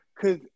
cause